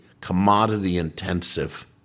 commodity-intensive